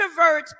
introverts